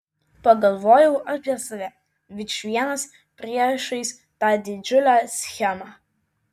pagalvojau apie save vičvienas priešais tą didžiulę schemą